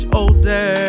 older